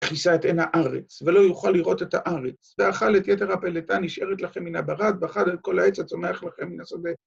‫וכיסה את עין הארץ, ‫ולא יוכל לראות את הארץ. ‫ואכל את יתר הפלטה, ה‫נשארת לכם מן הברד, ‫ואכל את כל העץ, ‫הצומח לכם מן השדה.